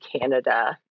Canada